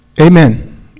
Amen